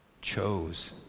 chose